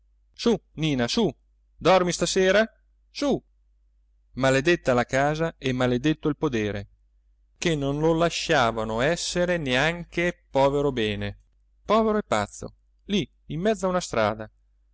su nina su dormi stasera su maledetta la casa e maledetto il podere che non lo lasciavano essere neanche povero bene povero e pazzo lì in mezzo a una strada